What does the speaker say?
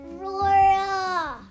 Aurora